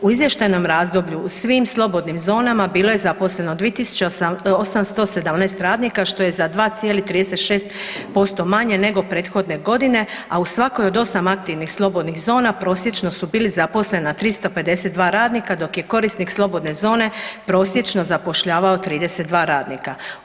U izvještajnom razdoblju, u svim slobodnim zonama bilo je zaposleno 2 817 radnika što je za 2,36% manje nego prethodne godine a u svakoj od 8 aktivnih slobodnih zona, prosječno su bili zaposlena 352 radnika, dok je korisnik slobodne zone prosječno zapošljavao 32 radnika.